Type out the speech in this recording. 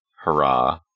hurrah